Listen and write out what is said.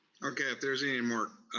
okay, if there's any more,